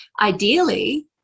ideally